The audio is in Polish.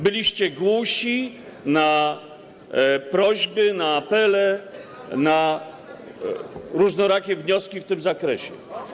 Byliście głusi na prośby, na apele, na różnorakie wnioski w tym zakresie.